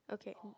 okay um